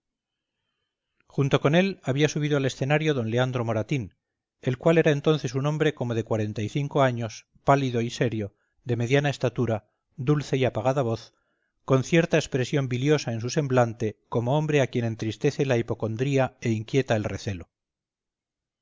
junto con él había subido al escenario d leandro moratín el cual era entonces un hombre como de cuarenta y cinco años pálido y serio de mediana estatura dulce y apagada voz con cierta expresión biliosa en su semblante como hombre a quien entristece la hipocondría e inquieta el recelo